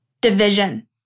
division